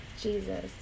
Jesus